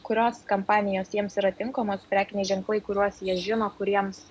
kurios kampanijos jiems yra tinkamos prekiniai ženklai kuriuos jie žino kuriems